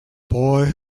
boy